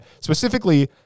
specifically